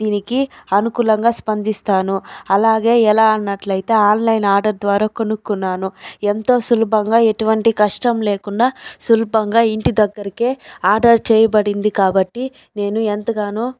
దీనికి అనుకూలంగా స్పందిస్తాను అలాగే ఎలా అన్నట్లయితే ఆన్లైన్ ఆర్డర్ ద్వారా కొనుక్కున్నాను ఎంతో సులభంగా ఎటువంటి కష్టం లేకుండా సులభంగా ఇంటి దగ్గరికే ఆర్డర్ చేయబడింది కాబట్టి నేను ఎంతగానో